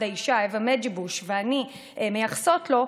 האישה אוה מדז'יבוז' ואני מייחסות לו,